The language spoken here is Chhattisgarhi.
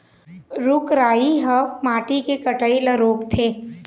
रूख राई ह माटी के कटई ल रोकथे